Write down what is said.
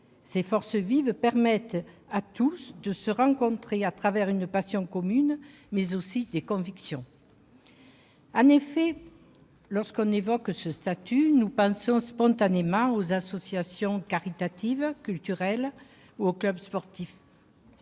Ces forces vives permettent à tous de se rencontrer, à travers une passion commune, mais aussi des convictions. En effet, à l'évocation de ce statut, nous pensons spontanément aux associations caritatives, culturelles ou aux clubs sportifs.